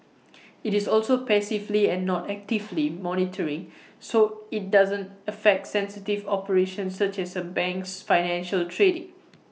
IT is also passively and not actively monitoring so IT doesn't affect sensitive operations such as A bank's financial trading